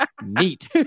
neat